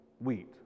wheat